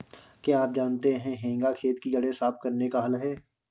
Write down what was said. क्या आप जानते है हेंगा खेत की जड़ें साफ़ करने का हल है?